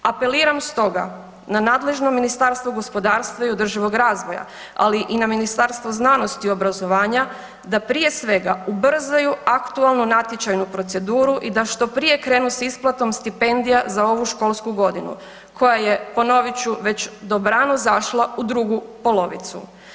Apeliram stoga na nadležno Ministarstvo gospodarstva i održivoga razvoja, ali i na Ministarstvo znanosti i obrazovanja da prije svega ubrzaju aktualnu natječajnu proceduru i da što prije krenu s isplatom stipendija za ovu školsku godinu koja je, ponovit ću, već dobrano zašla u drugu polovicu.